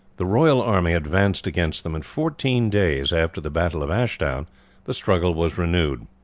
the royal army advanced against them, and fourteen days after the battle of ashdown the struggle was renewed.